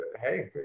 hey